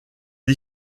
est